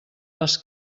les